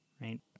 right